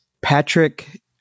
Patrick